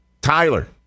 Tyler